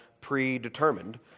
predetermined